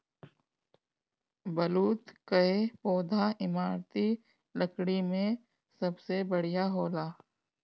बलूत कअ पौधा इमारती लकड़ी में सबसे बढ़िया होला